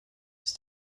ist